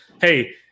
Hey